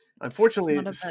Unfortunately